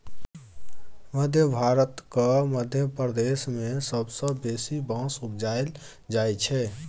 मध्य भारतक मध्य प्रदेश मे सबसँ बेसी बाँस उपजाएल जाइ छै